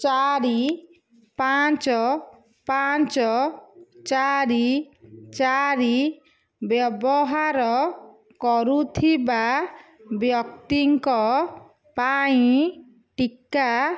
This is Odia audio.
ଚାରି ପାଞ୍ଚ ପାଞ୍ଚ ଚାରି ଚାରି ବ୍ୟବହାର କରୁଥିବା ବ୍ୟକ୍ତିଙ୍କ ପାଇଁ ଟିକା